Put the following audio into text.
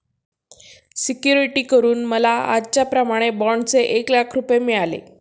security करून मला आजच्याप्रमाणे बाँडचे एक लाख रुपये मिळाले